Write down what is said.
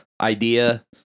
idea